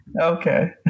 okay